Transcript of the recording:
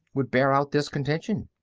would bear out this contention.